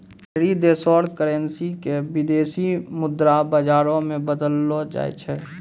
ढेरी देशो र करेन्सी क विदेशी मुद्रा बाजारो मे बदललो जाय छै